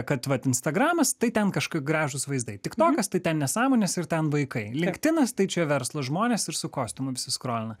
kad vat instagramas tai ten kažkokie gražūs vaizdai tiktokas tai ten nesąmonės ir ten vaikai linktinas tai čia verslo žmonės ir su kostiumu visi skrolina